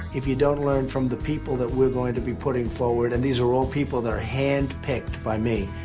if you don't learn from the people that we're going to be putting forward, and these are all people that are handpicked by me,